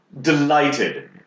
delighted